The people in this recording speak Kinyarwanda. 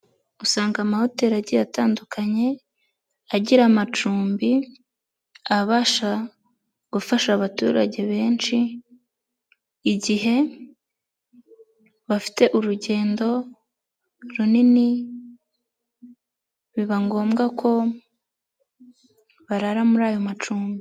Usanga amahoteri agiye atandukanye agira amacumbi abasha gufasha abaturage benshi, igihe bafite urugendo runini, biba ngombwa ko barara muri aya macumbi.